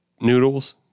noodles